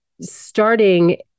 starting